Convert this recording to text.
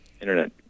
Internet